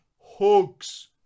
Hugs